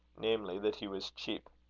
namely, that he was cheap.